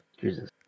Jesus